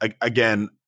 again